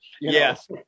Yes